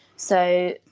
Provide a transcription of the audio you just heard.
so,